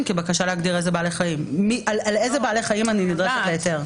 בקשה להגדיר לאיזה בעלי חיים נדרש היתר.